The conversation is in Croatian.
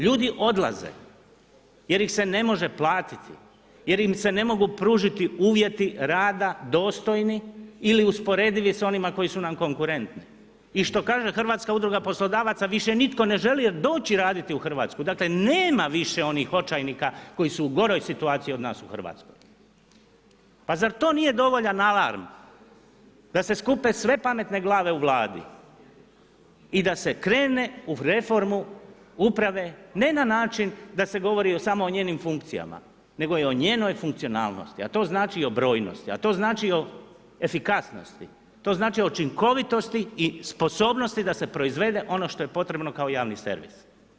Ljudi odlaze jer ih se ne može platiti, jer im se ne mogu pružiti uvjeti rada dostojni ili usporedivi sa onima koji su nam konkurentni i što kaže Hrvatska udruga poslodavaca više nitko ne želi doći raditi u Hrvatsku, dakle nema više onih očajnika koji su u goroj situaciji od nas u Hrvatskoj. pa zar to nije dovoljan alarm da se skupe sve pametne glave u vladi i da se krene u reformu uprave, ne na način da se govori samo o njenim funkcijama, nego i o njenoj funkcionalnosti, a to znači i o brojnosti, a to znači i o efikasnosti, to znači učinkovitosti i sposobnosti da se proizvede ono što je potrebno kao javni servis.